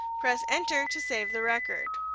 press enter to save the record.